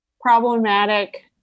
problematic